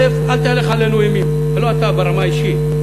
אל תהלך עלינו אימים, לא אתה ברמה האישית.